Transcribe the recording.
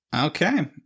Okay